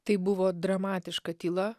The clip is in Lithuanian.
tai buvo dramatiška tyla